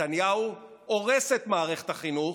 נתניהו הורס את מערכת החינוך,